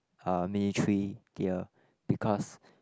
uh military gear because